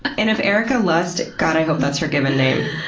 and if erika lust god, i hope that's her given name.